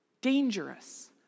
dangerous